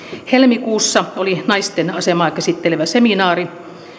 helmikuussa oli naisten asemaa käsittelevä seminaari